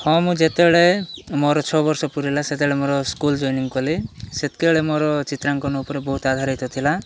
ହଁ ମୁଁ ଯେତେବେଳେ ମୋର ଛଅ ବର୍ଷ ପୁରିଲା ସେତେବେଳେ ମୋର ସ୍କୁଲ ଜଏନିଂ କଲି ସେତ୍କିବେଳେ ମୋର ଚିତ୍ରାଙ୍କନ ଉପରେ ବହୁତ ଆଧାରିତ ଥିଲା